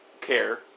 care